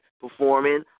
performing